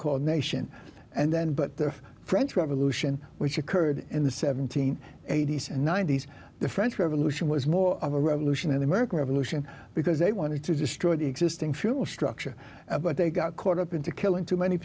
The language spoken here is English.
called nation and then but the french revolution which occurred in the th eighties and nineties the french revolution was more of a revolution in american revolution because they wanted to destroy the existing fuel structure but they got caught up into killing too many